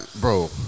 bro